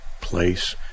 Place